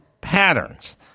patterns